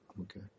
okay